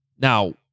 now